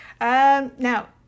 Now